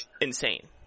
insane